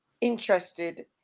interested